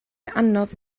anodd